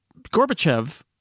Gorbachev